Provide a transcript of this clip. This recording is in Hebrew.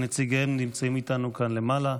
שנציגיהן נמצאים איתנו כאן למעלה: